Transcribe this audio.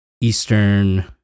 eastern